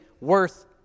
worth